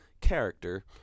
character